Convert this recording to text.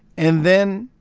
and then